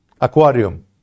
aquarium